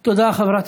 תודה, חברת